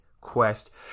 Quest